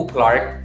Clark